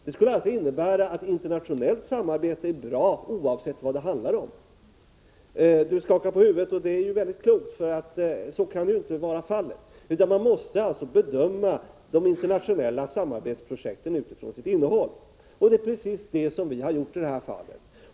Det skulle innebära att internationellt samarbete är bra oavsett vad det handlar om. Bengt Silfverstrand skakar på huvudet, och det är mycket klokt, för så kan ju inte vara fallet. Man måste bedöma de internationella samarbetsprojekten med hänsyn till deras innehåll, och det är precis det vi har gjort i det här fallet.